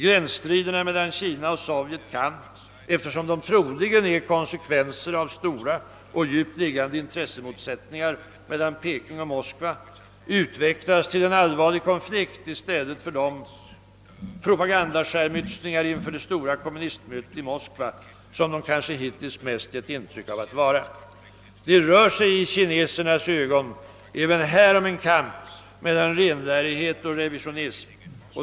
Gränsstriderna mellan Kina och Sovjet kan — eftersom de troligen är konsekvenser av stora och djupt liggande intressemotsättningar mellan Peking och Moskva — utvecklas till en allvarlig konflikt i stället för de propagandaskärmytslingar inför det stora kommunistmötet i Moskva som de kanske hittills mest gett intryck av att vara. Det rör sig i kinesernas ögon även här om en kamp mellan renlärighet och revisionism.